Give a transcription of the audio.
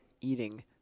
eating